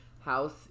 house